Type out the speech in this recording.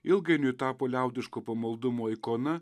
ilgainiui tapo liaudiško pamaldumo ikona